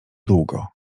długo